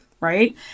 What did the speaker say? Right